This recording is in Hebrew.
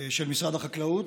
משרד החקלאות,